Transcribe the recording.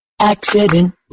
Accident